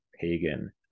pagan